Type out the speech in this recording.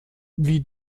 wie